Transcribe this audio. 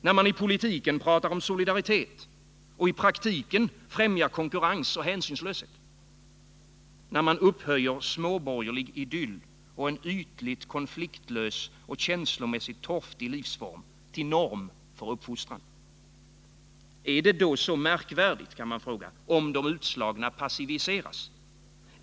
När man i politiken pratar om solidaritet och i praktiken främjar konkurrens och hänsynslöshet? När man upphöjer småborgerlig idyll och en ytligt konfliktlös och känslomässigt torftig livsform till norm för uppfostran? Är det då så märkvärdigt om de utslagna passiviseras?